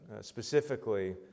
specifically